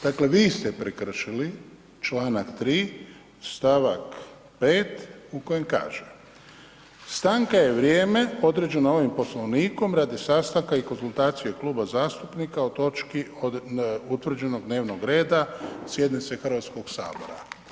Dakle, vi ste prekršili članak 3. stavak 5. u kojem kaže stanka je vrijeme određeno ovim Poslovnikom radi sastanka i konzultacija kluba zastupnik o točki utvrđenog dnevnoga reda sjednice Hrvatskog sabora.